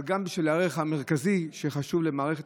אבל גם בשביל הערך המרכזי שחשוב למערכת